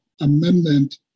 amendment